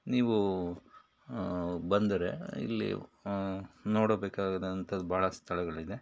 ನೀವು ಬಂದರೆ ಇಲ್ಲಿ ನೋಡಬೇಕಾದಂಥದು ಭಾಳ ಸ್ಥಳಗಳಿದೆ